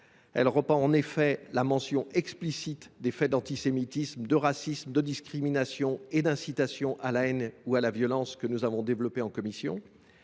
Elle reprend en effet la mention explicite des faits d’antisémitisme, de racisme, de discrimination ou d’incitation à la haine ou à la violence que nous avons adoptée en commission.